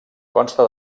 consta